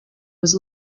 was